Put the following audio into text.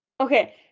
okay